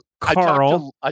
Carl